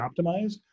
optimized